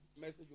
message